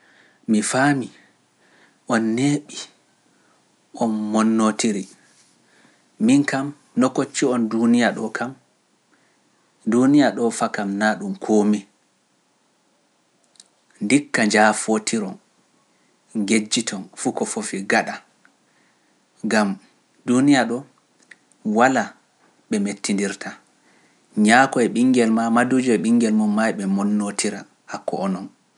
Mi faami on neeɓi, on monnootiri, min kam no koccu on duuniya ɗo kam, duuniya ɗo faa kam naa ɗum komi, ndikka njaafotiron, ngejjoton fukofofi gaɗa, gam duuniya ɗo walaa ɓe mettindirta, ñaako e ɓingel maa, maduujo e ɓingel mum maa e ɓe monnootira hakko onon.